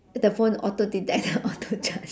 the phone auto detect auto charge